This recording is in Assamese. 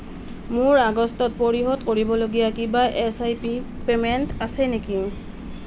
মোৰ আগষ্টত পৰিশোধ কৰিবলগীয়া কিবা এচ আই পি পে'মেণ্ট আছে নেকি